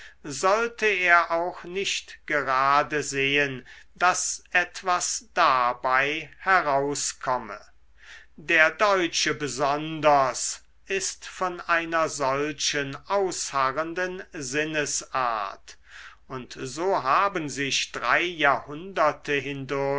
sollte er auch nicht gerade sehen daß etwas dabei herauskomme der deutsche besonders ist von einer solchen ausharrenden sinnesart und so haben sich drei jahrhunderte